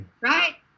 right